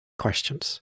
questions